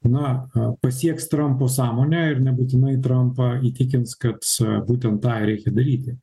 na pasieks trampo sąmonę ir nebūtinai trampą įtikins kad būtent tą ir reikia daryti